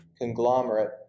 conglomerate